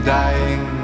dying